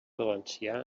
valencià